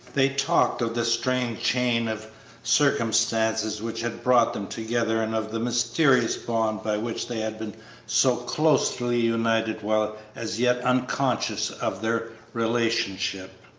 they talked of the strange chain of circumstances which had brought them together and of the mysterious bond by which they had been so closely united while as yet unconscious of their relationship.